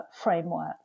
framework